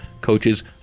coaches